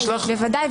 בוודאי,